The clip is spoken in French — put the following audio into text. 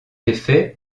effet